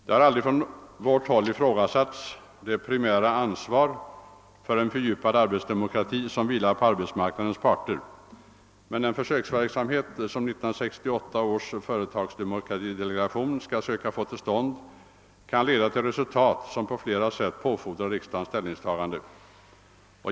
Från vårt håll har aldrig ifrågasatts det primära ansvar för en fördjupad arbetsdemokrati som vilar på arbetsmarknadens parter, men den försöks verksamhet som 1968 års företagsdemokratidelegation skall söka få till stånd kan leda till resultat som på flera sätt påfordrar riksdagens ställningstagande.